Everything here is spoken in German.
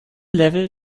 level